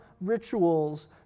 rituals